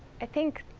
i think,